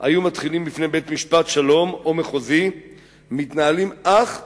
היו מתחילים בפני בית-משפט שלום או מחוזי מתנהלים אך ורק,